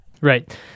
Right